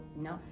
No